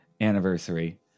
anniversary